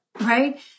right